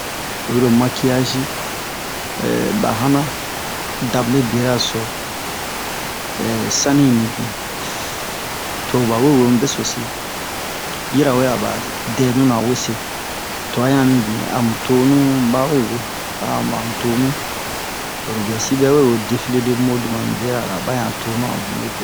oyi ro makiyazi ba hanan da mube bera so sani yi mibin to ba we we mu besosi yirawe a ba dɛnuna wese twa yan mibin a mu tonu bawe we ba'a mamu tonu oro bu'ɛsi bɛwe we defile-de-mode mami bera ra ba yan tonu a mube bera so